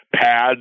pads